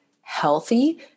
healthy